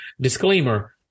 disclaimer